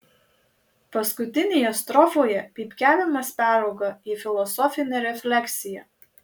paskutinėje strofoje pypkiavimas perauga į filosofinę refleksiją